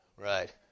Right